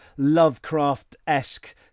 Lovecraft-esque